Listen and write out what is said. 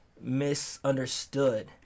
misunderstood